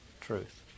truth